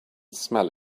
smell